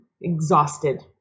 exhausted